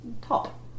top